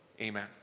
Amen